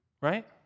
right